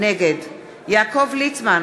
נגד יעקב ליצמן,